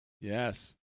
Yes